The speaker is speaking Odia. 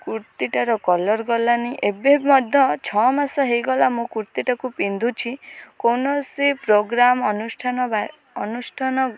କୁର୍ତ୍ତୀଟାର କଲର୍ ଗଲାନି ଏବେ ମଧ୍ୟ ଛଅ ମାସ ହୋଇଗଲା ମୁଁ କୁର୍ତ୍ତୀଟାକୁ ପିନ୍ଧୁଛି କୌଣସି ପ୍ରୋଗ୍ରାମ୍ ଅନୁଷ୍ଠାନ ବା ଅନୁଷ୍ଠାନ